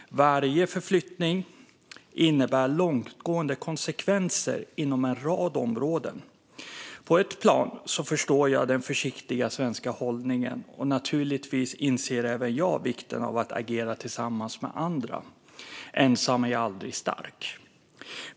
Varje förflyttning innebär långtgående konsekvenser inom en rad områden. På ett plan förstår jag den försiktiga svenska hållningen, och naturligtvis inser även jag vikten av att agera tillsammans med andra. Ensam är aldrig stark.